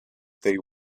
they